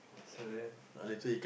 so then